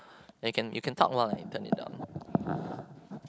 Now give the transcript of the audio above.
then you can you can talk while I turn it down